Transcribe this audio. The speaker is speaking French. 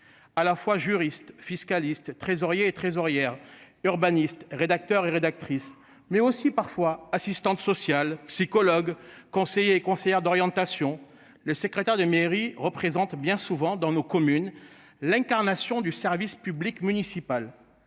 À la fois juristes fiscalistes trésorier et trésorière urbaniste rédacteurs et rédactrices mais aussi parfois assistantes sociales, psychologues, conseillers et conseillères d'orientation. Le secrétaire de mairie représente bien souvent dans nos communes. L'incarnation du service public municipal,